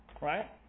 Right